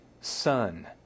Son